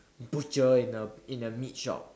butcher in a meat shop